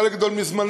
חלק גדול מזמננו,